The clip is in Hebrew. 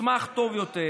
יצמח טוב יותר?